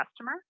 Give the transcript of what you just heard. customer